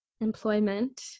employment